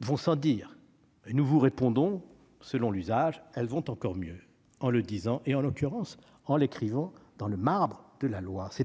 vont sans le dire. Nous vous répondons, selon l'usage, qu'elles vont encore mieux en le disant et, en l'occurrence, en l'écrivant pour le graver dans le marbre de la loi. En effet,